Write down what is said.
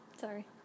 Sorry